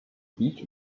beach